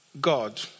God